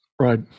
Right